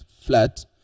flat